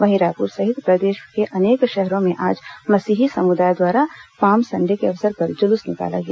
वहीं रायपुर सहित प्रदेश के अनेक शहरों में आज मसीही समुदाय द्वारा आज पाम संडे के अवसर पर जुलूस निकाला गया